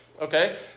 okay